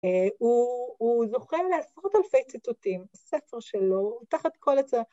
הוא זוכה לעשרות אלפי ציטוטים, ספר שלו, הוא תחת כל הוצאה.